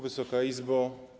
Wysoka Izbo!